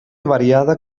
variada